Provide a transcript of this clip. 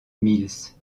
mills